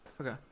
Okay